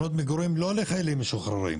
לחיילים משוחררים,